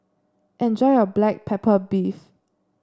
enjoy your Black Pepper Beef